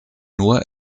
nur